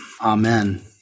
amen